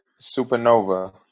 Supernova